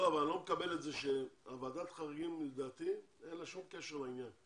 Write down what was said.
לדעתי לוועדת החריגים אין שום קשר לעניין.